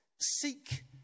seek